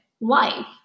life